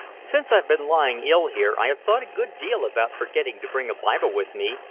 since i've been lying ill here, i have thought a good deal about forgetting to bring a bible with me,